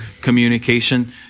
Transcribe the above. communication